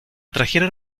trajeron